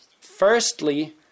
Firstly